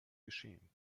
geschehen